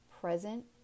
present